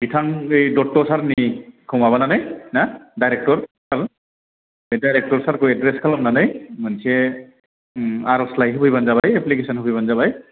बिथां बे दत्त सारनिखौ माबानानै ना दाइरेक्टर बे डाइरेक्टर सारखौ एद्रेस खालामनानै मोनसे आरज'लाइ होफैबानो जाबाय एप्लिकेसन होफैबानो जाबाय